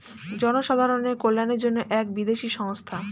জনসাধারণের কল্যাণের জন্য এক বিদেশি সংস্থা